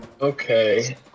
Okay